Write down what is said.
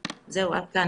זהו עד כאן.